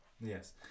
Yes